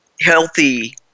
healthy